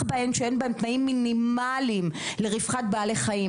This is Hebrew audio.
שאין בהן תנאים מינימליים לרווחת בעלי חיים.